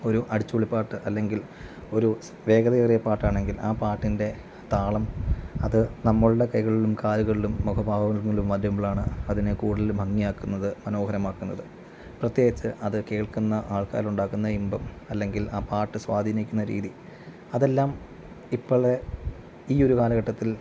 ഒരു അടിച്ചുപൊളി പാട്ട് അല്ലെങ്കിൽ ഒരു വേഗതയേറിയ പാട്ടാണെങ്കിൽ ആ പാട്ടിൻ്റെ താളം അത് നമ്മളുടെ കൈകളിലും കാലുകളിലും മുഖഭാവങ്ങളിലും വരുമ്പോഴാണ് അതിനെ കൂടുതൽ ഭംഗിയാക്കുന്നത് മനോഹരമാക്കുന്നത് പ്രത്യേകിച്ച് അത് കേൾക്കുന്ന ആൾക്കാരിലുണ്ടാക്കുന്ന ഇമ്പം അല്ലെങ്കിൽ ആ പാട്ട് സ്വാധീനിക്കുന്ന രീതി അതെല്ലാം ഇപ്പഴേ ഈയൊരു കാലഘട്ടത്തിൽ